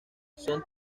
son